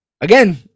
Again